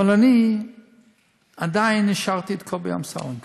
אבל אני עדיין השארתי את קובי אמסלם כאן.